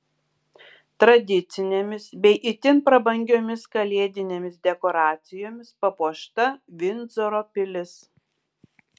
tradicinėmis bei itin prabangiomis kalėdinėmis dekoracijomis papuošta vindzoro pilis